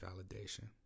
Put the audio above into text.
validation